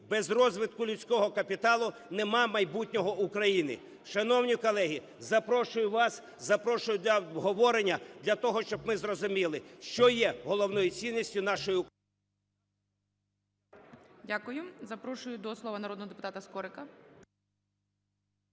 без розвитку людського капіталу немає майбутнього України. Шановні колеги, запрошую вас, запрошую для обговорення, для того щоб ми зрозуміли, що є головною цінністю нашої…